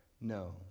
No